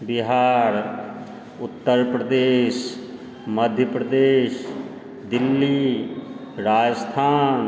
Bihar Uttar Pradesh Madhya Pradesh Delhi Rajasthan